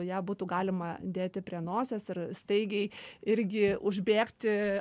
ją būtų galima dėti prie nosies ir staigiai irgi užbėgti